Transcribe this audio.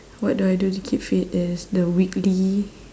what do I do to keep fit is the weekly